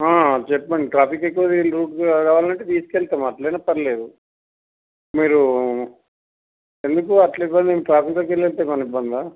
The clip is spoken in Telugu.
చెప్పండి ట్రాఫిక్ ఎక్కువ లేని రూట్ కావాలంటే తీసుకు వెళ్తాం అట్ల అయిన పర్వాలేదు మీరు ఎందుకు అట్ల ఇబ్బంది ట్రాఫిక్లో వెళ్ళి వెళ్తే ఏమన్న ఇబ్బందా